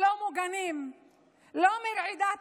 אנחנו מרגישים